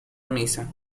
misa